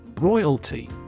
Royalty